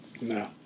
No